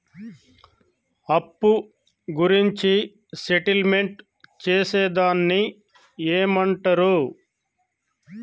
అప్పు గురించి సెటిల్మెంట్ చేసేదాన్ని ఏమంటరు?